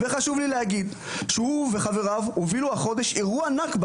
וחשוב לי להגיד שהוא וחבריו הובילו החודש אירוע נכבה